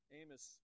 Amos